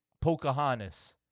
pocahontas